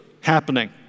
happening